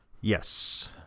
Yes